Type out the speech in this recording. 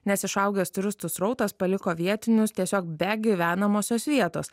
nes išaugęs turistų srautas paliko vietinius tiesiog be gyvenamosios vietos